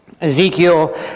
Ezekiel